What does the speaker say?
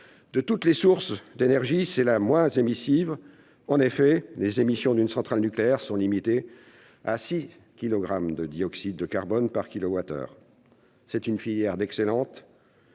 De toutes les sources d'énergie, c'est la moins émissive : en effet, les émissions d'une centrale nucléaire sont limitées à 6 kilogrammes de dioxyde de carbone par kilowattheure. C'est une filière d'excellence,